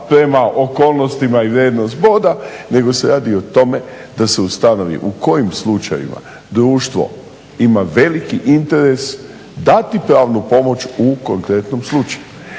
prema okolnostima i vrijednost boda nego se radi o tome da se ustanovi u kojim slučajevima društvo ima veliki interes dati pravnu pomoć u konkretnom slučaju.